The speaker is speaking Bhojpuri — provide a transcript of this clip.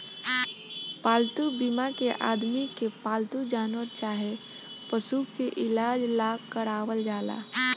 पालतू बीमा के आदमी के पालतू जानवर चाहे पशु के इलाज ला करावल जाला